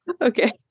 okay